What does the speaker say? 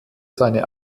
seine